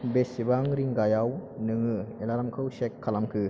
बेसेबां रिंगायाव नोङो एलार्मखौ सेट खालामखो